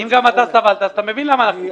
אם גם אתה סבלת אז אתה מבין למה אנחנו פה.